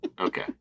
Okay